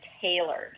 tailored